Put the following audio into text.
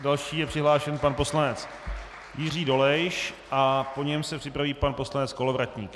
Další je přihlášen pan poslanec Jiří Dolejš a po něm se připraví pan poslanec Kolovratník.